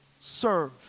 serve